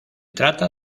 trata